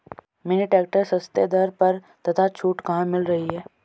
Mini tractor सस्ते दर पर तथा छूट कहाँ मिल रही है?